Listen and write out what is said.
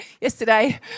yesterday